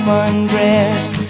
undressed